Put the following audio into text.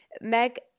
Meg